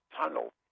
tunnel